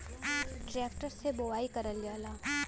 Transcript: tractor से बोवाई करल जाला